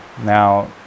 Now